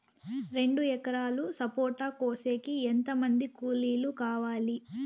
రెండు ఎకరాలు సపోట కోసేకి ఎంత మంది కూలీలు కావాలి?